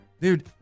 Dude